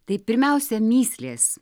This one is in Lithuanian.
tai pirmiausia mįslės